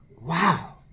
Wow